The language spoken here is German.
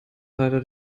leider